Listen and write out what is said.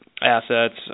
assets